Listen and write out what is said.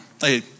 Hey